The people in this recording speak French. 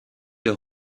des